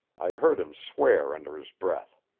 i heard him swear under his breath.